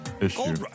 issue